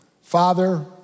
Father